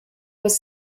was